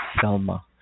Selma